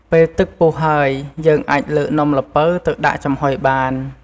ពេលទឹកពុះហើយ យើងអាចលើកនំល្ពៅទៅដាក់ចំហុយបាន។